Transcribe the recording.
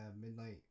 Midnight